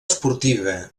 esportiva